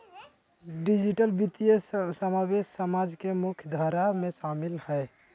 digital वित्तीय समावेश समाज के मुख्य धारा में शामिल हइ